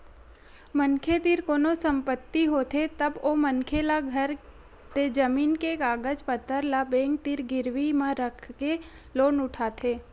मनखे तीर कोनो संपत्ति होथे तब ओ मनखे ल घर ते जमीन के कागज पतर ल बेंक तीर गिरवी म राखके लोन उठाथे